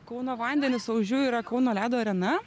kauno vandenys o už jų yra kauno ledo arena